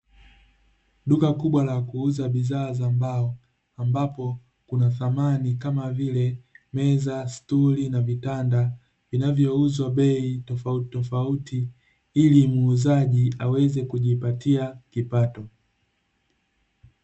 Duka kubwa la kuuza bidhaa za mbao, ambapo kuna samani kama vile meza, stuli, na vitanda vinavyouzwa bei tofautitofauti, ili muuzaji aweze kujipatia kipato.